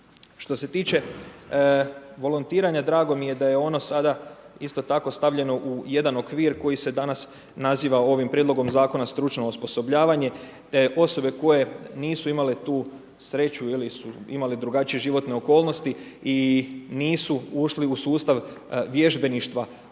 Što se tiče volontiranja, drago mi je da je ono sada isto tako stavljeno u jedan okvir, koji se danas naziva ovim prijedlogom zakona stručno osposobljavanja, osobe koje nisu imali tu sreću ili su imale drugačije životne okolnosti i nisu ušli u sustav vježbeništva,